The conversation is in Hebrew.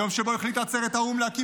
היום שבו החליטה עצרת האו"ם להקים